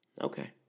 Okay